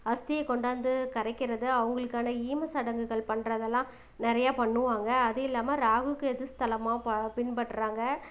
அஸ்தியை கொண்டாந்து கரைக்கிறது அவங்களுக்கான ஈம சடங்குகள் பண்ணுறதெல்லாம் நிறையா பண்ணுவாங்க அதுவும் இல்லாம ராகு கேது ஸ்தலமாக பா பின்பற்றுறாங்க